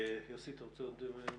יוסי, אתה רוצה להוסיף עוד משהו?